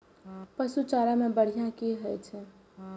पशु चारा मैं बढ़िया की होय छै?